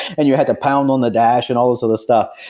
and you had to pound on the dash and all this other stuff.